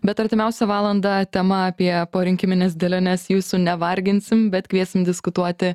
bet artimiausią valandą tema apie porinkimines dėliones jūsų nevarginsim bet kviesim diskutuoti